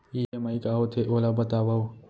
EMI का होथे, ओला बतावव